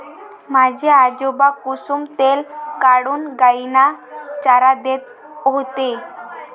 माझे आजोबा कुसुम तेल काढून गायींना चारा देत होते